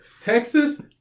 Texas